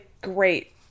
great